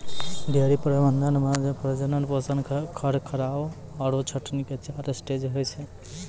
dairy प्रबंधन मॅ प्रजनन, पोषण, रखरखाव आरो छंटनी के चार स्टेज होय छै